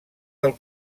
del